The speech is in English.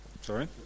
sorry